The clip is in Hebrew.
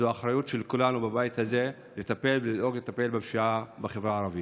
זו האחריות של כולנו בבית הזה לטפל בפשיעה בחברה הערבית.